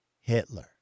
Hitler